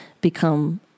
become